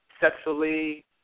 sexually